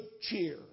cheer